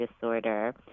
disorder